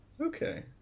Okay